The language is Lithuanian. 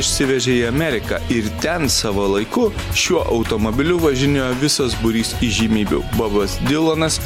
išsivežė į ameriką ir ten savo laiku šiuo automobiliu važinėjo visas būrys įžymybių bobas dylanas